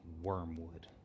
wormwood